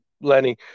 Lenny